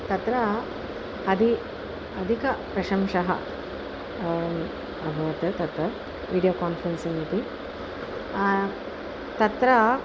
तत्र अदि अधिकप्रशंसः अभवत् तत् वीडियोकान्फ़ेरेन्सिङ्ग् इति तत्र